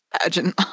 pageant